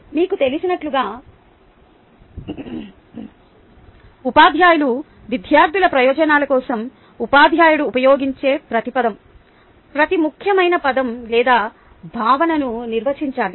మీకు తెలిసినట్లుగా ఉపాధ్యాయులు విద్యార్థుల ప్రయోజనాల కోసం ఉపాధ్యాయుడు ఉపయోగించే ప్రతి పదం ప్రతి ముఖ్యమైన పదం లేదా భావనను నిర్వచించాలి